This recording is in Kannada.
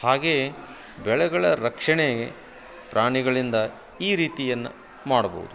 ಹಾಗೇ ಬೆಳೆಗಳ ರಕ್ಷಣೆ ಪ್ರಾಣಿಗಳಿಂದ ಈ ರೀತಿಯನ್ನು ಮಾಡ್ಬೋದು